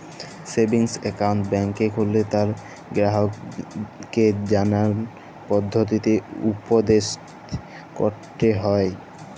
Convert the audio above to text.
savings account ব্যাংকে খুললে তার গেরাহককে জালার পদধতিকে উপদেসট ক্যরতে হ্যয়